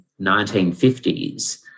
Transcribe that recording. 1950s